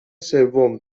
سوم